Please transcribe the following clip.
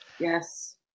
Yes